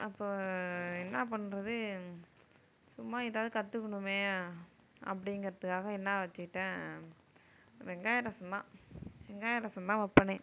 அப்போ என்ன பண்ணுறது சும்மா ஏதாவது கற்றுக்கணுமே அப்படிங்கறதுக்காக என்ன வெச்சிக்கிட்டேன் வெங்காய ரசம் தான் வெங்காய ரசம் தான் வைப்பனே